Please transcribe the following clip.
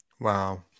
Wow